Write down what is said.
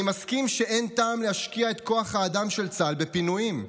אני מסכים שאין טעם להשקיע את כוח האדם של צה"ל בפינויים.